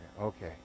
Okay